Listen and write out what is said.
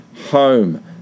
home